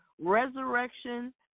Resurrection